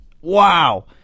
Wow